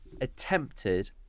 attempted